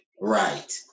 right